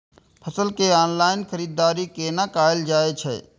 फसल के ऑनलाइन खरीददारी केना कायल जाय छै?